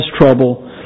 trouble